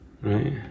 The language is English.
Right